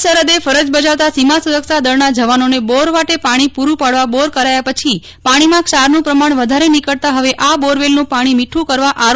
plant Kutch સરફદે ફરજ બજાવતા સીમા સુરક્ષા દળના જવાનોને બોર વાટે પાણી પૂરું પાડવા બોર કરાયા પછી પાણીમાં ક્ષારનું પ્રમાણ વધારે નીકળતાં ફવે આ બોરવેલનું પાણી મીઠું કરવા આર